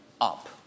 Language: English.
up